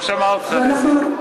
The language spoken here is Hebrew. הוא לא שמע אותך, נסים.